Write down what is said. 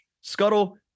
Scuttle